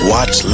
Watch